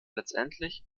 letztendlich